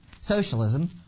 socialism